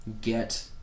get